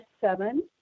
seven